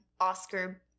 Oscar